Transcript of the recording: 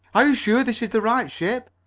are you sure this is the right ship?